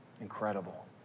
Incredible